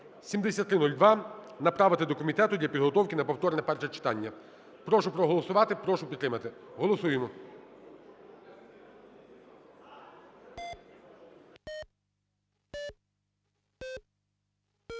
7302 направити до комітету для підготовки на повторне перше читання. Прошу проголосувати, прошу підтримати. Голосуємо.